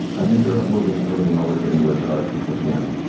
i think they're ah moving everything over to angulardart that they can,